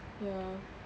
ya